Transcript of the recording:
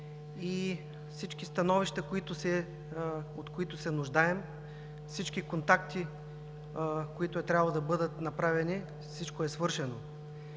Всички становища, от които се нуждаем, всички контакти, които е трябвало да бъдат направени – всичко е свършено.